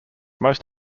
most